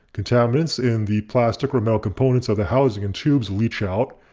contaminants in the plastic or metal components of the housing and tubes leach out.